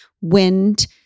Wind